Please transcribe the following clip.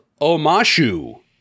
Omashu